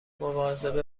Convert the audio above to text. مواظب